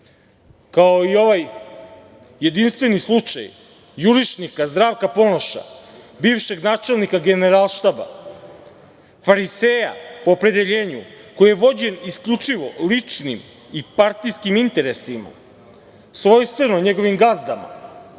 kao i ovaj jedinstveni slučaj jurišnika Zdravka Ponoša, bivšeg načelnika Generalštaba, fariseja po opredeljenju koji je vođen isključivo ličnim i partijskim interesima, svojstveno njegovim gazdama,